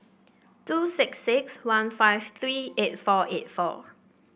two six six one five three eight four eight four